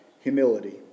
humility